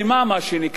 מה שנקרא,